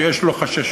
שיש לו חששות